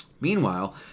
Meanwhile